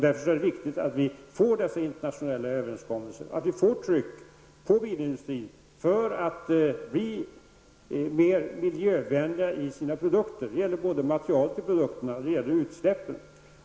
Därför är det viktigt att dessa internationella överenskommelser kommer till stånd, så att det blir ett tryck på bilindustrin att utveckla mer miljövänliga produkter, såväl när det gäller materialet i produkterna som när det gäller utsläppen.